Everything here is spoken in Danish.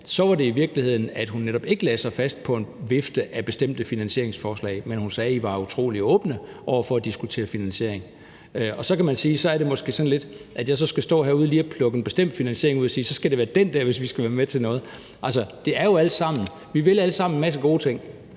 var det i virkeligheden, at hun netop ikke lagde sig fast på en vifte af bestemte finansieringsforslag, men at I var utrolig åbne over for at diskutere finansiering. Så kan man sige, at det måske er sådan lidt frisk, at jeg så skal stå heroppe og plukke en bestemt finansiering ud og sige, at så skal det være den der, hvis vi skal være med til noget. Vi vil alle sammen en masse gode ting,